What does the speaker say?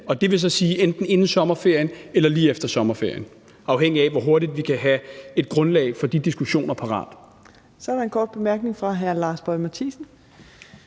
det vil så sige enten inden sommerferien eller lige efter sommerferien, afhængigt af hvor hurtigt vi kan have et grundlag for de diskussioner parat. Kl. 16:54 Fjerde næstformand (Trine